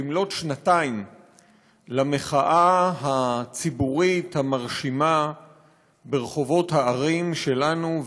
במלאות שנתיים למחאה הציבורית המרשימה ברחובות הערים שלנו,